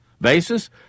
basis